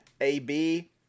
AB